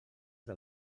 del